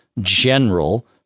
general